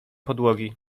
podłogi